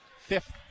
Fifth